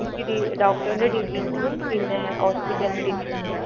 എനിക്ക് ഡീ ഡോക്ടറിന്റെ ഡീറ്റെയിൽസും പിന്നെ ഹോസ്പിറ്റലിൻ്റെ ഡീറ്റെയിൽസും വേണം